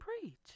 preach